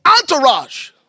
entourage